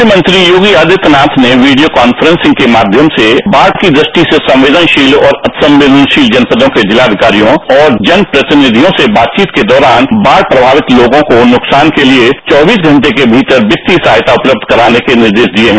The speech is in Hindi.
मुख्यमंत्री योगी आदित्य नाथ ने वीडियो कॉन्फ्रॅसिग के माध्यम से बाढ़ की दृष्टि से संवेदनशील और अंसवेदशील जनपदों के जिला अधिकारियों और जनप्रतिनिधियों से बातचीत के दौरान बाढ़ प्रमावित लोगों को नुकसान के लिए चौबीस घंटे के भीतर वित्तीय सहायता उपलब्ध कराने के निर्देश दिए हैं